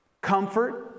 comfort